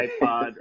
iPod